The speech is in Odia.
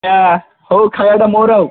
ଟା ହଉ ଖାଇବାଟା ମୋର ଆଉ